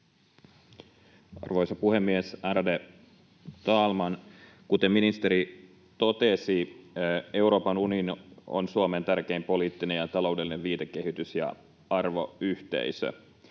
Arvoisa puhemies, ärade talman! Kuten ministeri totesi, Euroopan unioni on Suomen tärkein poliittinen ja taloudellinen viitekehys ja arvoyhteisö.